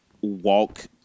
walk